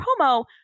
promo